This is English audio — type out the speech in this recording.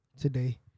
today